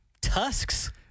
tusks